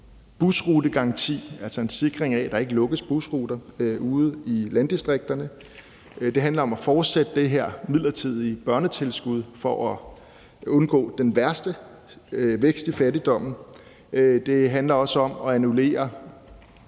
busrutegaranti, altså en sikring af, at der ikke lukkes busruter ude i landdistrikterne. Det handler om at fortsætte det her midlertidige børnetilskud for at undgå den værste vækst i fattigdommen. Det handler også om – hvordan